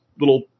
little